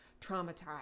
traumatized